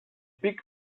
big